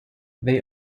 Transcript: they